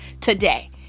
today